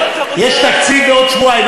יש תקציב בעוד שבועיים,